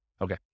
Okay